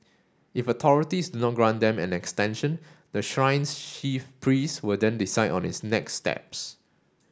if authorities do not grant them an extension the shrine's chief priest will then decide on its next steps